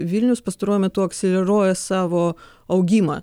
vilnius pastaruoju metu akseleruoja savo augimą